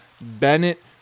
Bennett